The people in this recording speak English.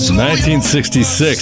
1966